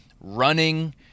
running